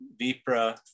Vipra